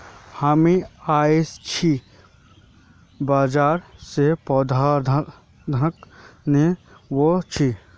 हामी आईझ बाजार स पौधनाशक ने व स छि